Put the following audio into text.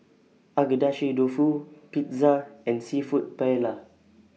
Agedashi Dofu Pizza and Seafood Paella